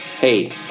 Hey